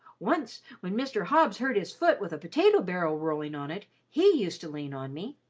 once when mr. hobbs hurt his foot with a potato-barrel rolling on it, he used to lean on me.